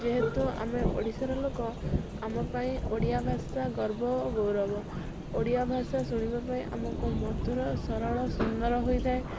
ଯେହେତୁ ଆମେ ଓଡ଼ିଶାର ଲୋକ ଆମ ପାଇଁ ଓଡ଼ିଆ ଭାଷା ଗର୍ବ ଓ ଗୌରବ ଓଡ଼ିଆ ଭାଷା ଶୁଣିବା ପାଇଁ ଆମକୁ ମଧୁର ଓ ସରଳ ସୁନ୍ଦର ହୋଇଥାଏ